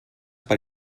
per